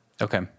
Okay